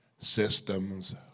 Systems